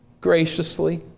graciously